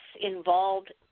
involved